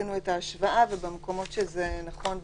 עשינו את ההשוואה בין השתיים ובמקומות שזה נכון ומתאים,